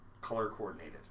color-coordinated